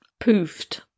poofed